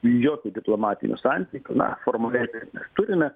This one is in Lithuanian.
jokių diplomatinių santykių na formaliai taip mes turime